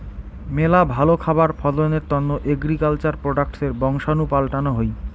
মেলা ভালো খাবার ফলনের তন্ন এগ্রিকালচার প্রোডাক্টসের বংশাণু পাল্টানো হই